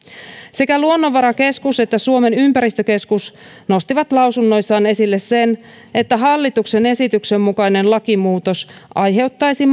sekä luonnonvarakeskus että suomen ympäristökeskus nostivat lausunnoissaan esille sen että hallituksen esityksen mukainen lakimuutos aiheuttaisi